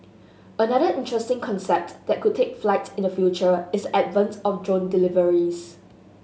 another interesting concept that could take flight in the future is the advent of drone deliveries